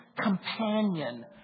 companion